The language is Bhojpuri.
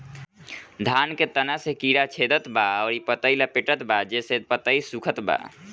धान के तना के कीड़ा छेदत बा अउर पतई लपेटतबा जेसे पतई सूखत बा?